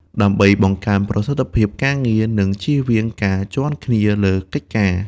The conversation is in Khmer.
ដើម្បីបង្កើនប្រសិទ្ធភាពការងារ និងជៀសវាងការជាន់គ្នាលើកិច្ចការ។